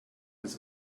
ist